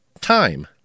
Time